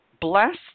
bless